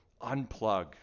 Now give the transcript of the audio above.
Unplug